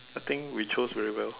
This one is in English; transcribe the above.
I think we chose very well